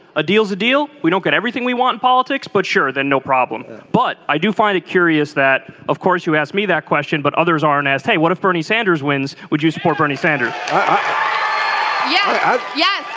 a deal's a deal. we don't get everything we want politics. but sure then no problem but i do find it curious that of course you ask me that question but others aren't as. hey what if bernie sanders wins would you support bernie sanders. ah yeah.